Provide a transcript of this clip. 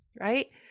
right